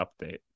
update